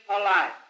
alive